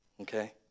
okay